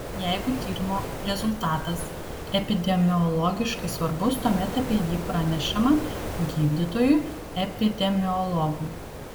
jeigu tyrimo rezultatas epidemiologiškai svarbus tuomet apie jį pranešama gydytojui epidemiologui